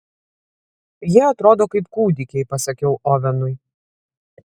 jie atrodo kaip kūdikiai pasakiau ovenui